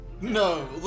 No